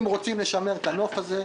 אם רוצים לשמר את הנוף הזה,